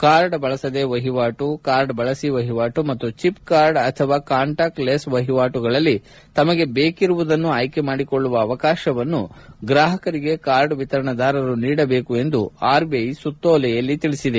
card ಬಳಸದೆ ವಹಿವಾಟು card ಬಳಸಿ ವಹಿವಾಟು ಮತ್ತು ಚಿಪ್ ಕಾರ್ಡ್ ಅಥವಾ ಕಾಂಟಾಕ್ಟ್ ಲೆಸ್ ವಹಿವಾಟುಗಳಲ್ಲಿ ತಮಗೆ ಬೇಕಿರುವುದನ್ನು ಆಯ್ಕೆ ಮಾಡಿಕೊಳ್ಳುವ ಅವಕಾಶವನ್ನೂ ಗ್ರಾಹಕರಿಗೆ ಕಾರ್ಡ್ ವಿತರಣಾದಾರರು ನೀಡಬೇಕು ಎಂದೂ ಆರ್ಬಿಐ ಸುತ್ತೋಲೆಯಲ್ಲಿ ತಿಳಿಸಿದೆ